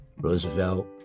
Roosevelt